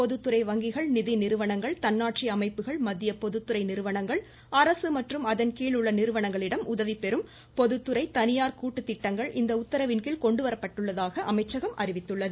பொதுத்துறை வங்கிகள் நிதிநிறுவனங்கள் தன்னாட்சி அமைப்புகள் மத்திய பொதுத்துறை நிறுவனங்கள் அரசு மற்றும் அதன்கீழ் உள்ள நிறுவனங்களிடமிருந்து உதவிபெறும் பொதுத்துறை தனியார் கூட்டு திட்டங்கள் இந்த உத்தரவின்கீழ் கொண்டுவரப்பட்டுள்ளதாக அமைச்சகம் அறிவித்துள்ளது